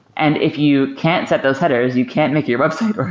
and if you can't set those headers, you can't make your website work,